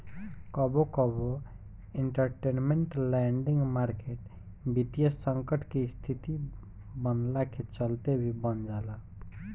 कबो कबो इंटरमेंट लैंडिंग मार्केट वित्तीय संकट के स्थिति बनला के चलते भी बन जाला